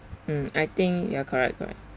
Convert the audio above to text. mm I think ya correct correct